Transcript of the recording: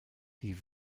die